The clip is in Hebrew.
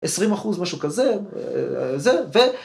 20 אחוז משהו כזה, זה, ו...